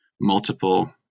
multiple